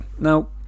Now